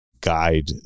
guide